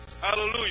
Hallelujah